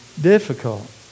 difficult